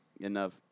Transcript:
enough